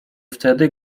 wtedy